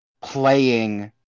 playing